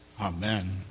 Amen